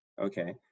Okay